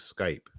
Skype